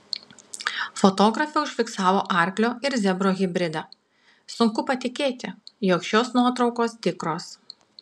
fotografė užfiksavo arklio ir zebro hibridą sunku patikėti jog šios nuotraukos tikros